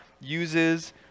uses